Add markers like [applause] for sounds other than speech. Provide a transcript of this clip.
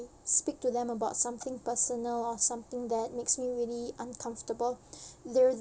speak to them about something personal or something that makes me really uncomfortable [breath] they're